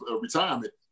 retirement